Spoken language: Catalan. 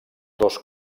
dos